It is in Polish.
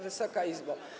Wysoka Izbo!